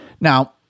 Now